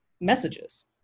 messages